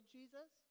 Jesus